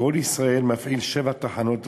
"קול ישראל" מפעיל שבע תחנות רדיו,